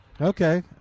Okay